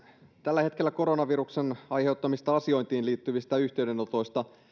tällä hetkellä koronaviruksen aiheuttamista asiointiin liittyvistä yhteydenotoista